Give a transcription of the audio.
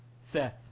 Seth